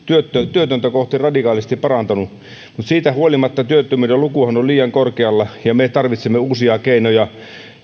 työtöntä kohti radikaalisti parantunut mutta siitä huolimatta työttömyyden luku on on liian korkealla ja me me tarvitsemme uusia keinoja